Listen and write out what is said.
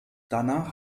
danach